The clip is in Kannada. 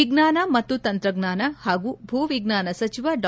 ವಿಜ್ಞಾನ ಮತ್ತು ತಂತ್ರಜ್ಞಾನ ಹಾಗು ಭೂ ವಿಜ್ಞಾನ ಸಚಿವ ಡಾ